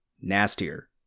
Nastier